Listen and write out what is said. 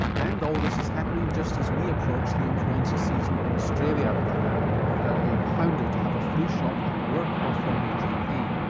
and all this is happening just as we approach the influenza season in australia and you're no doubt being hounded to have a flu shot at work or from your gp.